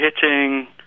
hitting